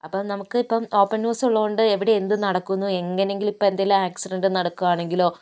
അപ്പോൾ നമുക്ക് ഇപ്പോൾ ഓപ്പൺ ന്യൂസ് ഉള്ളതുകൊണ്ട് എവിടെ എന്ത് നടക്കുന്നു എങ്ങനെയെങ്കിലും ഇപ്പോൾ എന്തെങ്കിലും ഏക്സിഡന്റ് നടക്കുകയാണെങ്കിലോ